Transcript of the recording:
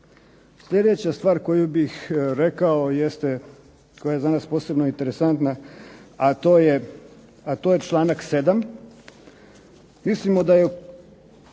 Sljedeća stvar koju bih rekao jeste koja je za nas posebno interesantna, a to je članak 7. mislimo da je